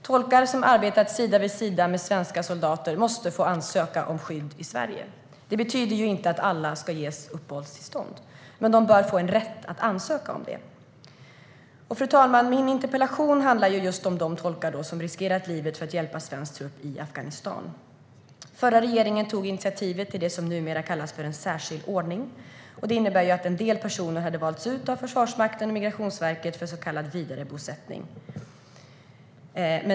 Tolkar som har arbetat sida vid sida med svenska soldater måste få ansöka om skydd i Sverige. Det betyder inte att alla ska ges uppehållstillstånd, men de bör få rätt att ansöka om det. Fru talman! Min interpellation handlar om de tolkar som riskerat livet för att hjälpa svensk trupp i Afghanistan. Den förra regeringen tog initiativet till det som numera kallas en särskild ordning, och det innebär att en del personer valdes ut av Försvarsmakten och Migrationsverket för så kallad vidarebosättning.